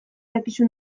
dakizu